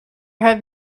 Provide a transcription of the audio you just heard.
have